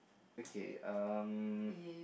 okay um